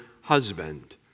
husband